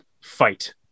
Fight